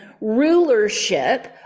rulership